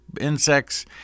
insects